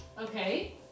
Okay